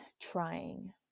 trying